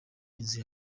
inzu